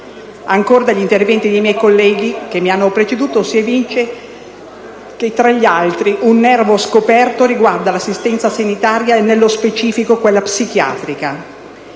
Ancora dagli interventi dei colleghi che mi hanno preceduto si evince che, tra gli altri, un nervo scoperto riguarda l'assistenza sanitaria e, ancor più nello specifico, quella psichiatrica.